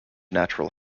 natural